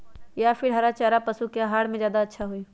या फिर हरा चारा पशु के आहार में ज्यादा अच्छा होई?